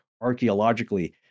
archaeologically